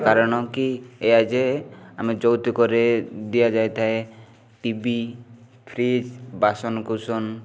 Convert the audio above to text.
କାରଣ କି ଏହା ଯେ ଆମେ ଯୌତୁକରେ ଦିଆଯାଇଥାଏ ଟି ଭି ଫ୍ରିଜ୍ ବାସନକୁସନ